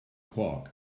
clock